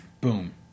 boom